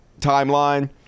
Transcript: timeline